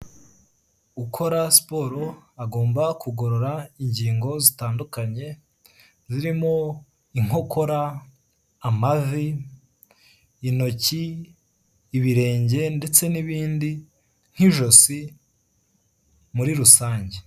Ukora siporo, agomba kugorora ingingo zitandukanye, zirimo inkokora, amavi, intoki, ibirenge , ndetse n'ibindi nk'ijosi muri rusange.